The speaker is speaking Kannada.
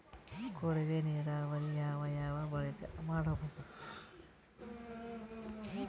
ಕೊಳವೆ ನೀರಾವರಿ ಯಾವ್ ಯಾವ್ ಬೆಳಿಗ ಮಾಡಬಹುದು?